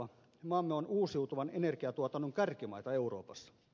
maamme on uusiutuvan energiantuotannon kärkimaita euroopassa